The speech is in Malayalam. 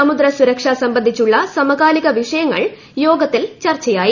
സമുദ്ര സുരക്ഷ സംബന്ധിച്ചുള്ള സമകാലിക വിഷയങ്ങൾ യോഗത്തിൽ ചർച്ചയായി